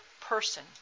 person